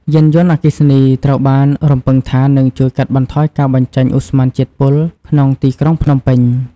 យានយន្តអគ្គីសនីត្រូវបានរំពឹងថា នឹងជួយកាត់បន្ថយការបញ្ចេញឧស្ម័នជាតិពុលក្នុងទីក្រុងភ្នំពេញ។